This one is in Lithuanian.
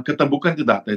kad abu kandidatai